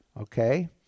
Okay